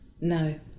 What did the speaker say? No